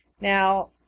Now